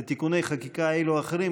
לתיקוני חקיקה אלו או אחרים.